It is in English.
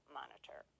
monitor